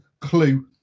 clue